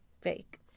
Fake